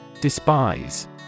Despise